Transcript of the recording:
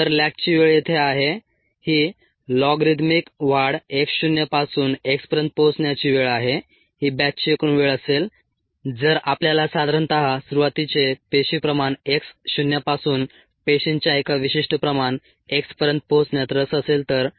तर लॅगची वेळ येथे आहे ही लॉगरिदमिक वाढ x शून्य पासून x पर्यंत पोहोचण्याची वेळ आहे ही बॅचची एकूण वेळ असेल जर आपल्याला साधारणतः सुरूवातीचे पेशी प्रमाण x शून्यापासून पेशींच्या एका विशिष्ट प्रमाण x पर्यंत पोहोचण्यात रस असेल तर